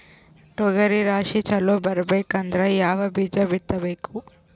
ತೊಗರಿ ರಾಶಿ ಚಲೋ ಬರಬೇಕಂದ್ರ ಯಾವ ಬೀಜ ಬಿತ್ತಬೇಕು?